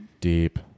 Deep